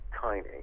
tiny